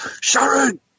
Sharon